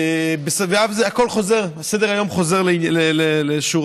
הכול חוזר, סדר-היום חוזר לסורו.